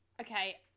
okay